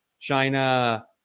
China